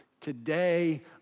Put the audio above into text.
today